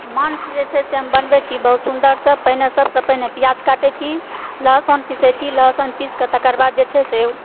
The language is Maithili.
मासु जे छै से हम बनबै छी बहुत सुन्दर सॅं सबसे पहिने प्याज काटै छी लहुसुन पीसै छी लहुसुन पीसके तकरबाद जे छै सऽ